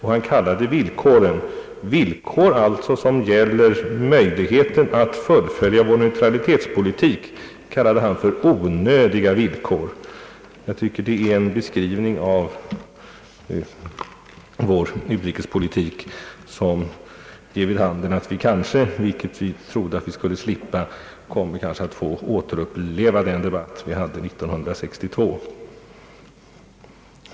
Han kal lade villkoren — de villkor alltså, som gäller möjligheten att fullfölja vår neutralitetspolitik — för »onödiga vill kor». Jag tycker det var en beskrivning av vår utrikespolitik som ger vid handen att vi kanske även om vi trodde att vi skulle slippa det — får återuppliva den debatt vi hade 1962.